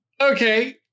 Okay